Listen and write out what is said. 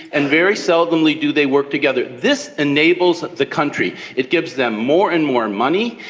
and very seldomly do they work together. this enables the country, it gives them more and more money,